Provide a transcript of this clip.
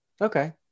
Okay